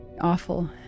awful